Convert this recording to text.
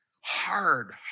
Hard